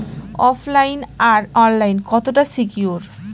ওফ line আর online কতটা secure?